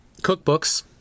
Cookbooks